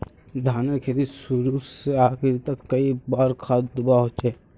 धानेर खेतीत शुरू से आखरी तक कई बार खाद दुबा होचए?